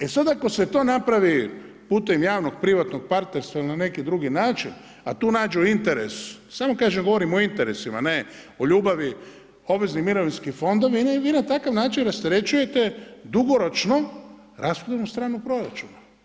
E sad, ako se to napravi putem javnog privatnog partnerstva na neki drugi način, a tu nađu interes, samo kažem, govorim o interesima, ne o ljubavi, obvezni mirovinski fondovi, vi na takav način rasterećujete dugoročno rashodovnu stranu proračuna.